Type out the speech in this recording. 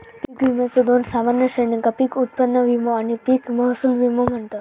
पीक विम्याच्यो दोन सामान्य श्रेणींका पीक उत्पन्न विमो आणि पीक महसूल विमो म्हणतत